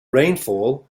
rainfall